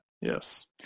Yes